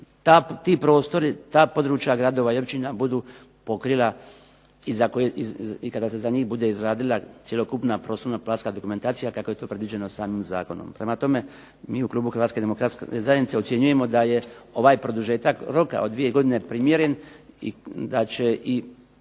ti prostori, ta područja gradova i općina budu pokrila i kada se za njih bude izradila cjelokupna prostorno-planska dokumentacija kako je to predviđeno samim zakonom. Prema tome mi u klubu Hrvatske demokratske zajednice ocjenjujemo da je ovaj produžetak roka od dvije godine primjeren i da će i